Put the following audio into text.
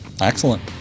Excellent